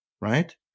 right